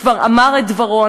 כבר אמר את דברו.